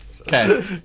Okay